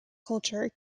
culture